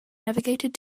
navigated